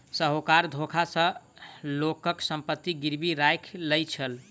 साहूकार धोखा सॅ लोकक संपत्ति गिरवी राइख लय छल